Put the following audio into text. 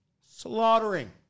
slaughtering